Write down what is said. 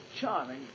charming